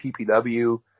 PPW